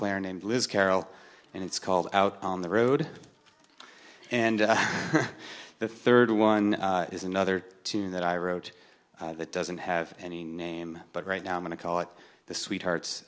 player named liz carroll and it's called out on the road and the third one is another tune that i wrote that doesn't have any name but right now i'm going to call it the sweet hearts